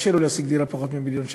קשה לו להשיג דירה בפחות ממיליון שקל.